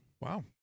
Wow